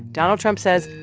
donald trump says,